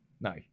no